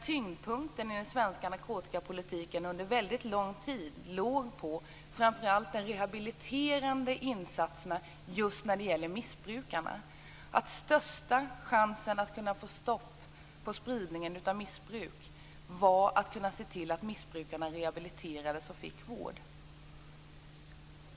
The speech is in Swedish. Tyngdpunkten i den svenska narkotikapolitiken under väldigt lång tid låg på framför allt de rehabiliterande insatserna just när det gäller missbrukarna. Största chansen att få stopp på spridningen av missbruk var att se till att missbrukarna kunde rehabiliteras och fick vård.